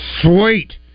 Sweet